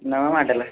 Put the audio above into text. नमां मॉडल ऐ